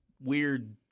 weird